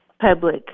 public